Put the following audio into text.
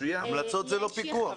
המלצות זה לא פיקוח.